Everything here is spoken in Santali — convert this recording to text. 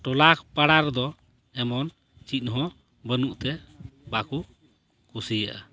ᱴᱚᱞᱟ ᱯᱟᱲᱟ ᱨᱮᱫᱚ ᱮᱢᱚᱱ ᱪᱮᱫ ᱦᱚᱸ ᱵᱟᱹᱱᱩᱜ ᱛᱮ ᱵᱟᱠᱚ ᱠᱩᱥᱤᱭᱟᱜᱼᱟ